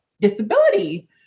disability